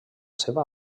seva